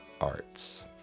Arts